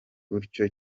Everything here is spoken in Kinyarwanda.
utyo